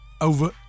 over